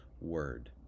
word